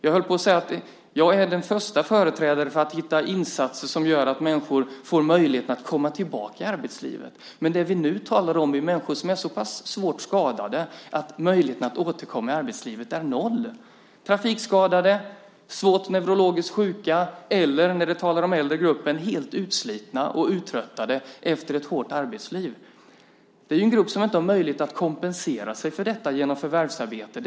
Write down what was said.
Jag höll på att säga att jag är den förste företrädaren när det gäller att hitta insatser som gör att människor får möjlighet att komma tillbaka till arbetslivet. Men nu talar vi om människor som är så pass svårt skadade att möjligheten att återkomma till arbetslivet är lika med noll. Trafikskadade, svårt neurologiskt sjuka eller, när vi talar om äldregruppen, helt utslitna och uttröttade människor efter ett hårt arbetsliv är grupper som inte har möjlighet att kompensera sig för detta genom förvärvsarbete.